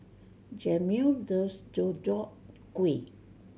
Jameel loves Deodeok Gui